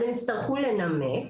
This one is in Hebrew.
הן יצטרכו לנמק.